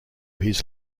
his